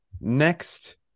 next